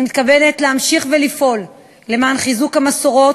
אני מתכוונת להמשיך לפעול למען חיזוק המסורות,